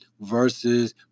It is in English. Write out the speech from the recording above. versus